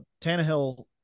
Tannehill